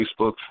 Facebook